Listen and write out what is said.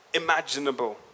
imaginable